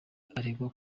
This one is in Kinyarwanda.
aregwa